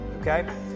okay